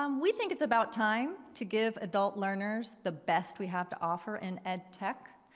um we think it's about time to give adult learners the best we have to offer in ed-tech.